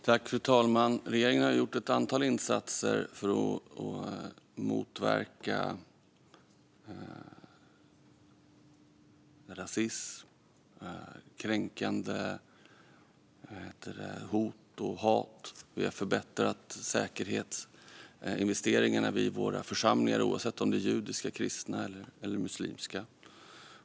Fru talman! Regeringen har gjort ett antal insatser för att motverka rasism, kränkningar, hot och hat. Vi har förbättrat säkerhetsinvesteringarna vid våra församlingar, oavsett om de är judiska, kristna eller muslimska.